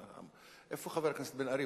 איפה חבר הכנסת בן-ארי?